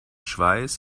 schweiß